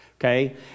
okay